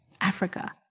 Africa